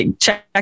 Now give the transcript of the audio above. check